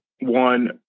one